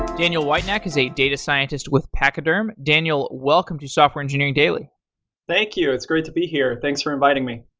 daniel whitenack is a data scientist with pachyderm. daniel, welcome to software engineering daily thank you, it's great to be here. thanks for inviting me.